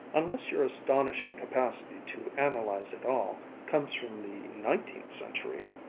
unless your astonishing capacity to analyze it all, comes from the nineteenth century?